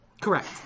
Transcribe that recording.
Correct